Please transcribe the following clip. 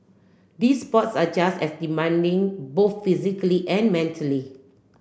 these sports are just as demanding both physically and mentally